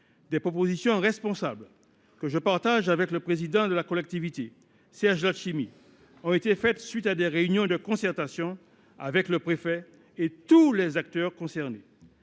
Des propositions responsables, que je partage avec le président de la collectivité, Serge Letchimy, ont été faites à la suite de réunions de concertation avec le préfet et tous les acteurs concernés.